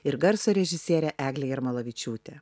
ir garso režisierė eglė jarmalavičiūtė